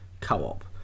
co-op